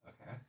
Okay